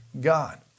God